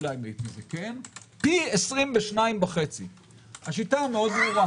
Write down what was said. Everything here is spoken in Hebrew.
פי 22.5. השיטה ברורה